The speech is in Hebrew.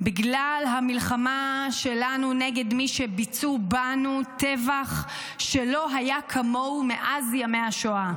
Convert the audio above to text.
בגלל המלחמה שלנו נגד מי שביצעו בנו טבח שלא היה כמוהו מאז ימי השואה,